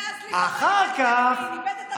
מאז ליברמן, איבד את הדרך, איבד את ה-center שלו.